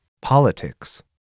Politics